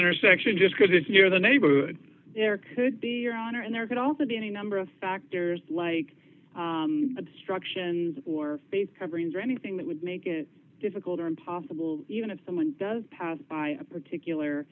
intersection just because it's near the neighborhood there could be your honor and there could also be any number of factors like obstructions or face coverings or anything that would make it difficult or impossible even if someone does pass by a particular